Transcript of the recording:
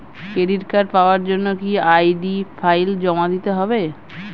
Credit card পাওয়ার জন্য কি আই.ডি ফাইল জমা দিতে হবে?